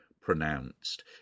pronounced